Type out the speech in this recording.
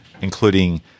including